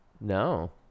No